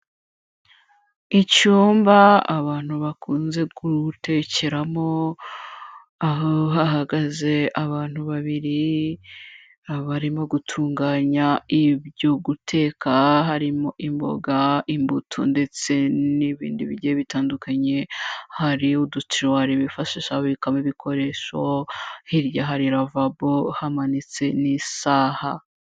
Icyumba abantu bakunze gutekeramo, aho hahagaze abantu babiri, barimo gutunganya ibyo guteka, harimo imboga, imbuto ndetse n'ibindi bigiye bitandukanye, hari uduturuwari bifashisha babikamo ibikoresho, hirya hari ravabo hamanitse n'isaha.